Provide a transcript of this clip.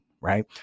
right